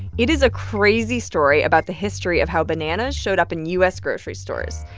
it is a crazy story about the history of how bananas showed up in u s. grocery stores.